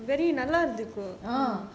uh